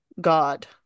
God